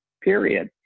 period